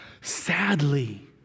Sadly